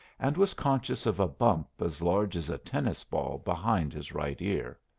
and was conscious of a bump as large as a tennis ball behind his right ear.